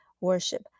worship